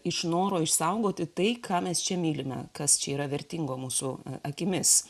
iš noro išsaugoti tai ką mes čia mylime kas čia yra vertingo mūsų akimis